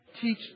teach